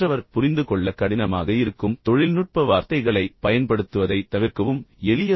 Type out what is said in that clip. மற்றவர் புரிந்து கொள்ள கடினமாக இருக்கும் தொழில்நுட்ப வார்த்தைகளை பயன்படுத்துவதை தவிர்க்கவும் கடினமான வார்த்தைகளை பயன்படுத்த வேண்டாம்